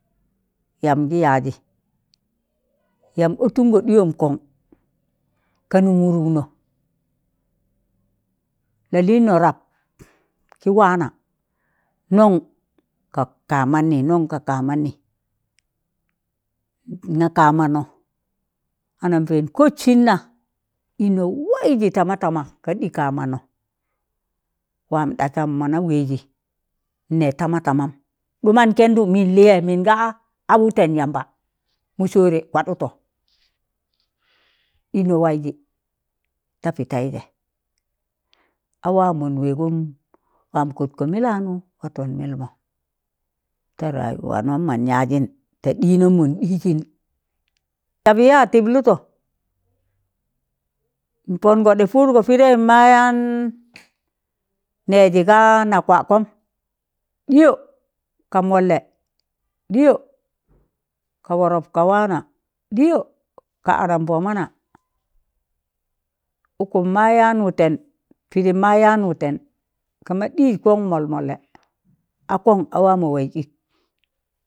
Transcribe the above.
Yaam gị yazị yaam ọtangụ ɗịyam kọn, ka nụm wụrụkna, lalịụnọ rab kị wana, nọn ka kamani,̣ nọn ka kamanị, nga kamanọ anambeen kọtsịn na ịnọ waịzị tama tama ga ɗị kamanọ. Wam ɗasam mọna wezị ne tamatamam ɗụmaụ kendụ mịn lịye mịn ga a wụten yamba mọ sọre kwaɗụtọ ino waiji ta piteje a wam, mon waigom wam kotko millanu waton milmo ta rayuwanom mon yajin ta ɗinom mọn ɗịzịn sabị ya tịblụtọ npọngọ dị pụdgọ pịdeị ma yan nezị ga na kwakọm, ɗịyọ ka mọlle, ɗịyọ ka wọrọp ga wana, ɗịyọ ka anampọmana, ụkụm ma yan wụten, pidim mo yaan wuten ka ma yak ɗị kon molmọle akọn, awa mọ waịz ịk